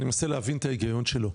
אני מנסה להבין את ההיגיון שלו,